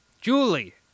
Julie